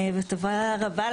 ותודה רבה,